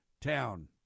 town